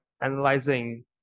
analyzing